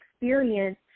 experience